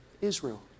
Israel